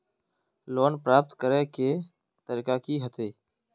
Loan प्राप्त करे के तरीका की होते?